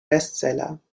bestseller